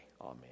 Amen